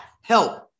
help